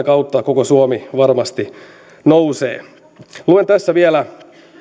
kautta koko suomi varmasti nousee luen tässä vielä